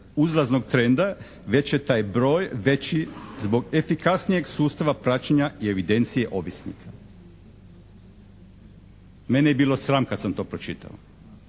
uzlaznog trenda već je taj broj veći zbog efikasnijeg sustava praćenja i evidencije ovisnika. Mene je bilo sram kad sam to pročitao,